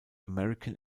american